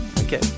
Okay